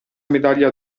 medaglia